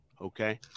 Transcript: Okay